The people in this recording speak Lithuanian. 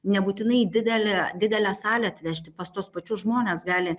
nebūtinai didelė didelė salė atvežti pas tuos pačius žmones gali